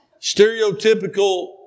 stereotypical